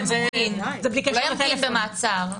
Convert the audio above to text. לא במעצר.